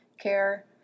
care